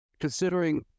considering